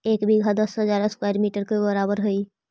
एक बीघा दस हजार स्क्वायर मीटर के बराबर हई